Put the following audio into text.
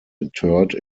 interred